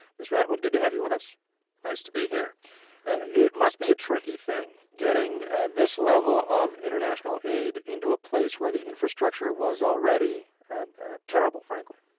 mr. atwood, good to have you with us nice to be here it must be a tricky thing getting this level of international aid into a place where the infrastructure was already terrible, frankly.